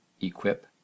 equip